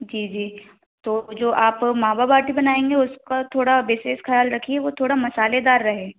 जी जी तो जो आप मावा बाटी बनाएंगे उसका थोड़ा बिसेस ख़याल रखिए वो थोड़ा मसालेदार रहे